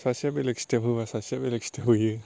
सासेया बेलेग स्टेप होबा सासेया स्टेप होयो